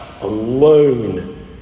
alone